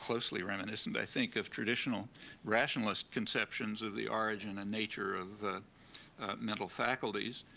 closely reminiscent, i think, of traditional rationalist conceptions of the origin and nature of mental faculties.